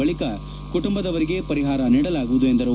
ಬಳಿಕ ಕುಟುಂಬದವರಿಗೆ ಪರಿಹಾರ ನೀಡಲಾಗುವುದು ಎಂದರು